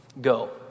Go